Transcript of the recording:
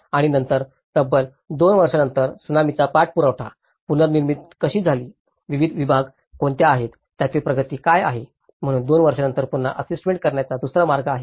आणि नंतर तब्बल 2 वर्षानंतर त्सुनामीचा पाठपुरावा पुनर्निर्मिती कशी झाली विविध विभाग कोणते आहेत त्यातील प्रगती काय आहे म्हणूनच 2 वर्षानंतर पुन्हा असेसमेंट करण्याचा दुसरा मार्ग आहे